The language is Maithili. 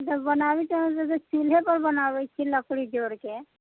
जब बनाबै छिए हमसब तऽ चुल्हेपर बनाबै छी लकड़ी जोरिकऽ